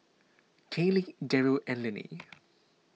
Kayleigh Deryl and Linnie